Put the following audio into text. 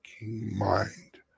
Mind